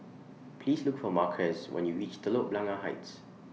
Please Look For Marquez when YOU REACH Telok Blangah Heights